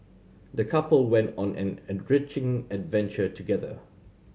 the couple went on an enriching adventure together